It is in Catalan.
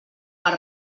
per